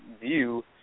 view